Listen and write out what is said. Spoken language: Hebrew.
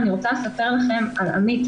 אני רוצה לספר לכם על עמית,